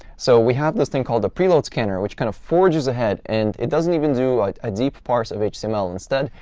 so we have this thing called the pre-load scanner which kind of forges ahead. and it doesn't even do a deep parse of so html. instead,